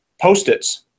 Post-its